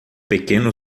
pequeno